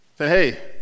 Hey